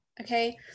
okay